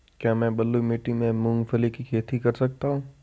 क्या मैं बलुई मिट्टी में मूंगफली की खेती कर सकता हूँ?